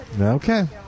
Okay